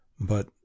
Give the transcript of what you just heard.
But